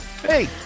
Hey